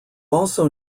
also